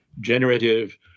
generative